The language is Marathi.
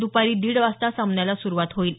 दुपारी दीड वाजता सामन्याला सुरुवात होईल